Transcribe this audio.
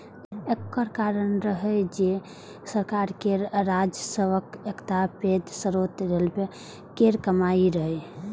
एकर कारण रहै जे सरकार के राजस्वक एकटा पैघ स्रोत रेलवे केर कमाइ रहै